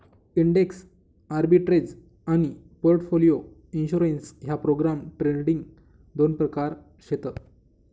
index arbitrage आनी portfolio insurance ह्या programme trading दोन प्रकार शेत